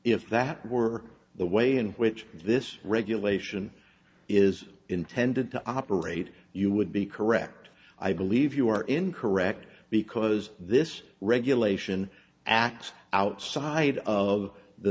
if that were the way in which this regulation is intended to operate you would be correct i believe you are incorrect because this regulation acts outside of the